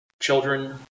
children